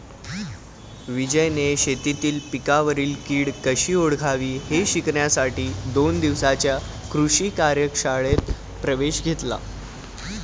विजयने शेतीतील पिकांवरील कीड कशी ओळखावी हे शिकण्यासाठी दोन दिवसांच्या कृषी कार्यशाळेत प्रवेश घेतला